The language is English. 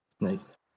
Nice